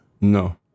No